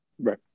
Right